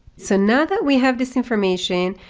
so now that we have this information,